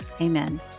Amen